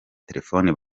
terefoni